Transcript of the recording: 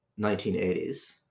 1980s